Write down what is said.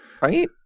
Right